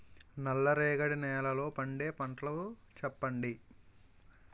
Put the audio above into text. నల్ల రేగడి నెలలో పండే పంటలు చెప్పండి?